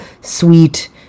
sweet